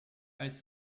als